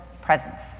presence